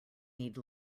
need